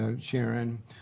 Sharon